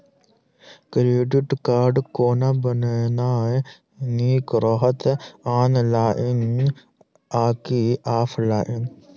Credit card कोना बनेनाय नीक रहत? ऑनलाइन आ की ऑफलाइन?